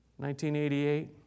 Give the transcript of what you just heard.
1988